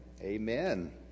amen